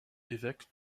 évêque